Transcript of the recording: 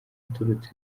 aturutse